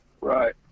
Right